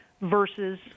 versus